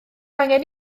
angen